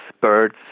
birds